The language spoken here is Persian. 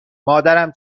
مادرم